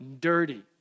dirty